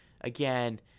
again